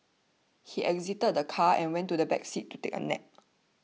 he exited the car and went to the back seat to take a nap